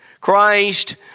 Christ